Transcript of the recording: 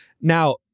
Now